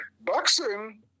boxing